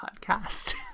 podcast